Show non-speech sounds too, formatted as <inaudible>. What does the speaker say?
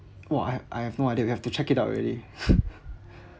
!wah! I have I have no idea I'll have to check it out already <laughs>